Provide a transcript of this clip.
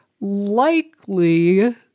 likely